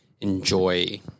enjoy